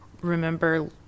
remember